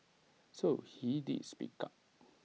so he did speak up